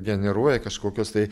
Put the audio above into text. generuoja kažkokius tai